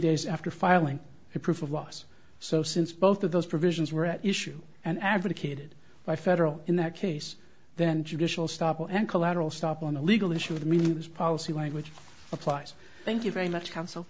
days after filing for proof of us so since both of those provisions were at issue and advocated by federal in that case then traditional stop and collateral stop on the legal issue of moves policy language applies thank you very much counsel